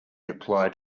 applied